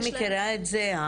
אני מכירה את זה,